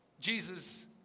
Jesus